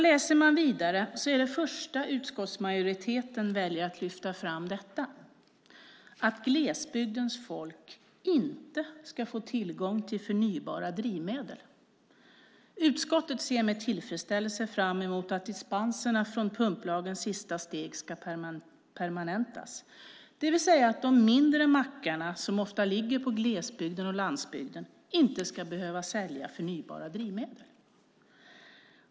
Läser man vidare så är det första som utskottsmajoriteten väljer att lyfta fram detta: att glesbygdens folk inte ska få tillgång till förnybara drivmedel. Utskottet ser med tillfredställelse fram emot att dispenserna från pumplagens sista steg ska permanentas, det vill säga att de mindre mackarna som ofta ligger i gles och landsbygd inte ska behöva sälja förnybara drivmedel.